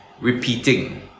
repeating